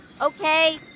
Okay